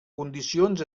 condicions